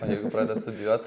o jeigu pradeda studijuot